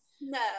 No